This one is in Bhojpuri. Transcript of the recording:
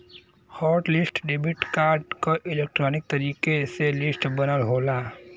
हॉट लिस्ट डेबिट कार्ड क इलेक्ट्रॉनिक तरीके से लिस्ट बनल होला